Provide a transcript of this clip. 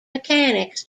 mechanics